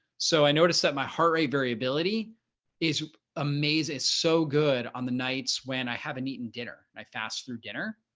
so i noticed that my heart rate variability is amazing. so good on the nights when i haven't eaten dinner, i fast through dinner,